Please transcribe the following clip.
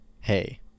hey